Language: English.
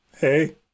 Hey